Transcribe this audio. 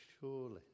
Surely